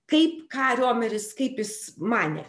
kaip ką riomeris kaip jis manė